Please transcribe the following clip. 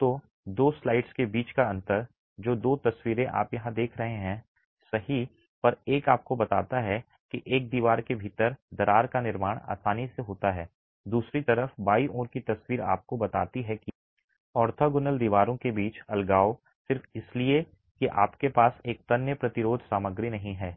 तो दो स्लाइड्स के बीच का अंतर जो दो तस्वीरें आप यहाँ देख रहे हैं सही पर एक आपको बताता है कि एक दीवार के भीतर दरार का निर्माण आसानी से होता है दूसरी तरफ बाईं ओर की तस्वीर आपको बताती है कि ऑर्थोगोनल दीवारों के बीच अलगाव सिर्फ इसलिए कि आपके पास एक तन्य प्रतिरोध सामग्री नहीं है